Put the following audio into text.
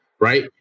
Right